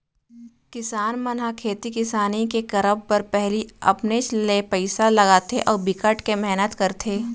किसान मन ह खेती किसानी के करब बर पहिली अपनेच ले पइसा लगाथे अउ बिकट के मेहनत करथे